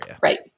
Right